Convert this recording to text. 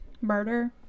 murder